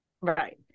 Right